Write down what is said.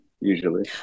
usually